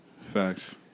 facts